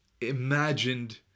imagined